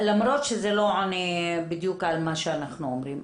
למרות שזה לא עונה בדיוק על מה שאנחנו אומרים,